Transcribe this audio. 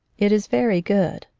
it is very good,